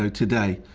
today.